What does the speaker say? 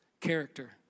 character